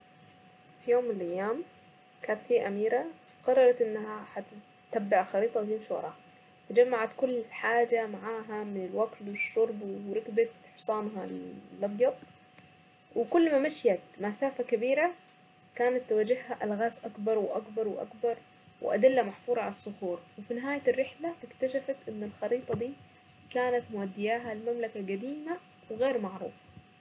في يوم من الايام كانت في اميرة قررت انها تتبع خريطة وهي مسافرة جمعت كل حاجة معاها من الاكل والشرب وركبت حصانها الابيض وكل ما مشيت مسافة كبيرة كانت تواجهها الغاز اكبر واكبر واكبر وادلة محفورة على الطريق وفي نهاية الرحلة تكتشفت ان الخريطة دي كانت مودياها المملكة القديمة وغير معروفة.